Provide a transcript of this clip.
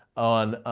on